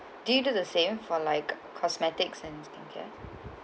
do you do the same for like cosmetics and skincare